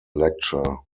lecture